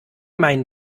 meinen